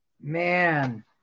man